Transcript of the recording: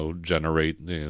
generate